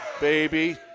baby